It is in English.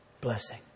blessing